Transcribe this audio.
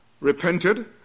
repented